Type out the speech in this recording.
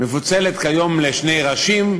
מפוצלת כיום לשני ראשים,